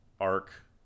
arc